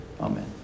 Amen